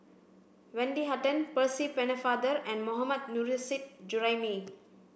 Wendy Hutton Percy Pennefather and Mohammad Nurrasyid Juraimi